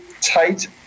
tight